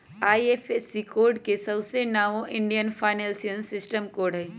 IFSC code के सऊसे नाओ इंडियन फाइनेंशियल सिस्टम कोड हई